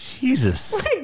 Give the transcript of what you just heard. jesus